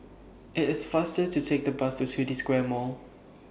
IT IS faster to Take The Bus to City Square Mall